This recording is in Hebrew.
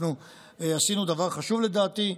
אנחנו עשינו דבר חשוב לדעתי,